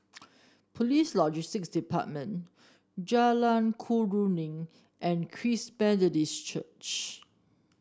Police Logistics Department Jalan Keruing and Christ Church